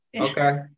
Okay